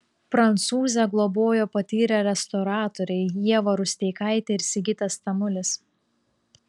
prancūzę globojo patyrę restauratoriai ieva rusteikaitė ir sigitas tamulis